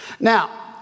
Now